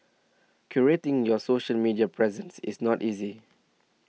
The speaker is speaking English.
curating your social media presence is not easy